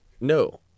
no